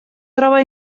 troba